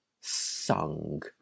sung